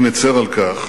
אני מצר על כך